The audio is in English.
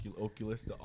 Oculus